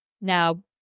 Now